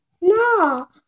No